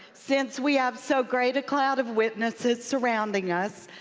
since we have so great a cloud of witnesses surrounding us,